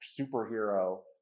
superhero